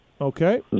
Okay